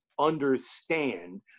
understand